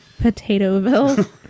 Potatoville